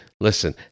listen